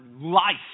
life